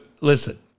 listen